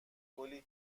گلی